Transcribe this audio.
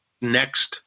next